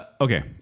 Okay